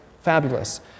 Fabulous